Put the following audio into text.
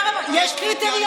מי שבא, יש קריטריונים.